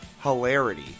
hilarity